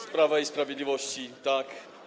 Z Prawa i Sprawiedliwości, tak.